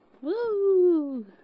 Woo